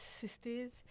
sisters